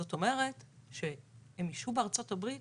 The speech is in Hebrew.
זאת אומרת שהם ישהו בארצות הברית